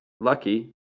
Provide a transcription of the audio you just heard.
lucky